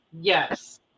Yes